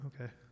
Okay